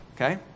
okay